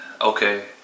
okay